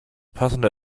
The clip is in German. passende